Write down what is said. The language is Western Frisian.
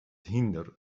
hynder